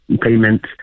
payment